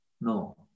No